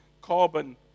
carbon